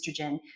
estrogen